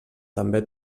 també